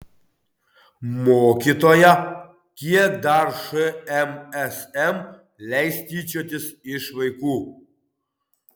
mokytoja kiek dar šmsm leis tyčiotis iš vaikų